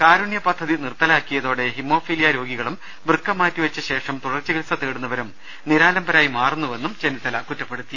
കാരുണ്യപദ്ധതി നിർത്തലാക്കിയതോടെ ഹീമോഫീലിയ രോഗികകളും വൃക്ക മാറ്റി വെച്ച ശേഷം തുടർചികിൽസ തേടുന്നവരും നിരാലംബരായി മാറുന്നുവെന്നും ചെന്നിത്തല കുറ്റപ്പെടുത്തി